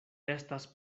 estas